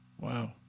Wow